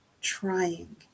trying